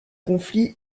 conflit